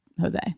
Jose